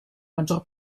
maggior